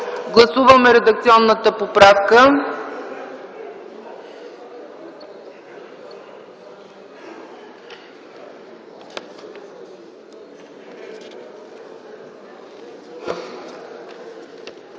гласуване редакционната добавка,